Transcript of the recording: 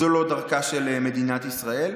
זו לא דרכה של מדינת ישראל.